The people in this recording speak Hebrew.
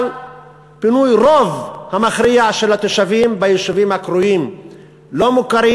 אבל פינוי הרוב המכריע של התושבים ביישובים הקרויים לא מוכרים.